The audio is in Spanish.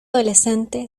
adolescente